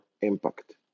impact